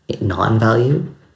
non-value